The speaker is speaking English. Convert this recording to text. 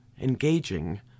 engaging